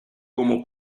como